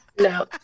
No